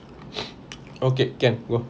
okay can go